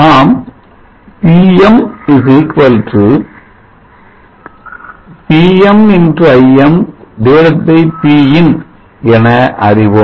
நாம் Pm VmI mPin என அறிவோம்